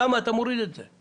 למה אתה מוריד את זה?